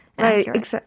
right